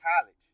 college